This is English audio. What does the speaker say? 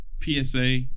PSA